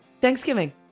thanksgiving